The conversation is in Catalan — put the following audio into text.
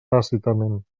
tàcitament